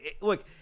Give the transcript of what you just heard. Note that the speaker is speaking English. Look